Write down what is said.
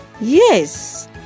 Yes